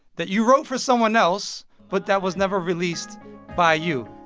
that you wrote for someone else but that was never released by you.